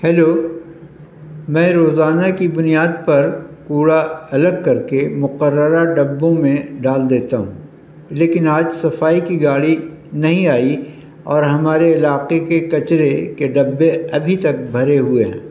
hello میں روزانہ کی بنیاد پر کوڑا الگ کر کے مقررہ ڈبوں میں ڈال دیتا ہوں لیکن آج صفائی کی گاڑی نہیں آئی اور ہمارے علاقے کے کچرے کے ڈبے ابھی تک بھرے ہوئے ہیں